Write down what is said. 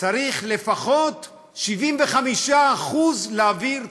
צריך לפחות 75% להעביר תקנון.